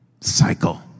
cycle